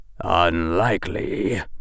Unlikely